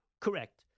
Correct